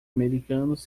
americanos